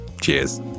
cheers